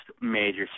major